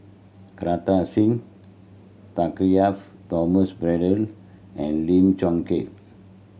Kartar Singh Thakral Thomas Braddell and Lim Chong Keat